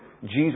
Jesus